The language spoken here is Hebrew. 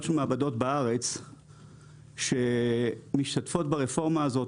של מעבדות בארץ שמשתתפות ברפורמה הזאת,